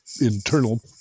internal